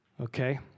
okay